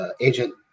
agent